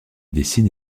dessine